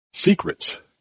secrets